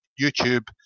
YouTube